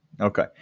Okay